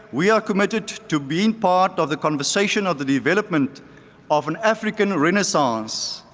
we are committed to being part of the conversation of the development of an african renaissance,